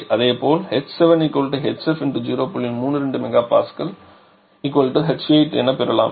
32 MPah8 எனப் பெறலாம்